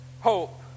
hope